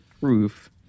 proof